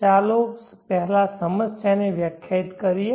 ચાલો પહેલા સમસ્યાને વ્યાખ્યાયિત કરીએ